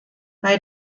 bei